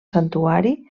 santuari